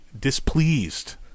displeased